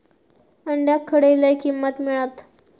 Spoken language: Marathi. अंड्याक खडे लय किंमत मिळात?